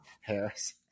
Harris